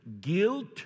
guilt